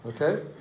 Okay